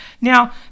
Now